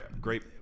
great